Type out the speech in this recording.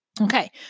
Okay